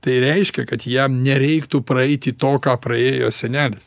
tai reiškia kad jam nereiktų praeiti to ką praėjo senelis